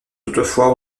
toutefois